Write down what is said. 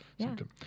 symptom